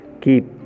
keep